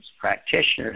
practitioners